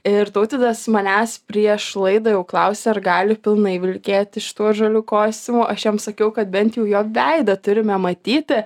ir tautvydas manęs prieš laidą jau klausė ar gali pilnai vilkėti šituo žaliu kostiumu aš jam sakiau kad bent jau jo veidą turime matyti